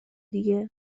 دیگه